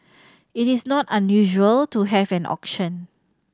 it is not unusual to have an auction